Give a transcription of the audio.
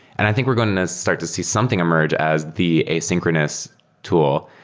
and i think we're going and as start to see something emerge as the asynchronous tool.